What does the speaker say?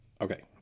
Okay